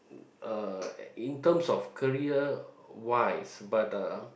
uh in terms of career-wise but the